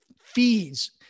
fees